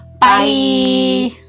bye